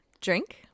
drink